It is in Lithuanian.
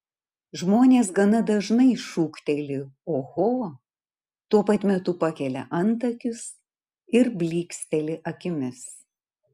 žmonės gana dažnai šūkteli oho tuo pat metu pakelia antakius ir blyksteli akimis